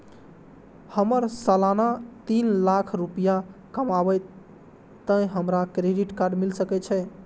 हमर सालाना तीन लाख रुपए कमाबे ते हमरा क्रेडिट कार्ड मिल सके छे?